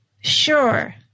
sure